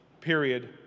period